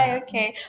okay